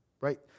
Right